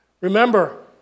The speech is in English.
Remember